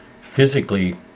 physically